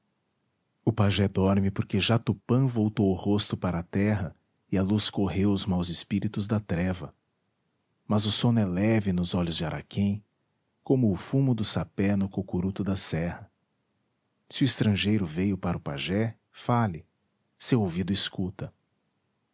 o pajé dorme porque já tupã voltou o rosto para a terra e a luz correu os maus espíritos da treva mas o sono é leve nos olhos de araquém como o fumo do sapé no cocuruto da serra se o estrangeiro veio para o pajé fale seu ouvido escuta